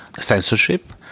Censorship